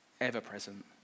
ever-present